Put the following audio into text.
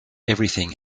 everything